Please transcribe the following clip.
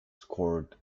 scored